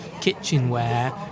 kitchenware